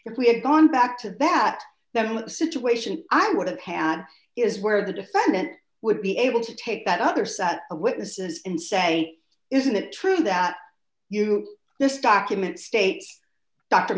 if we had gone back to that that situation i would have had is where the defendant would be able to take that other set of witnesses and say isn't it true that you this document states dr